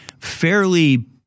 fairly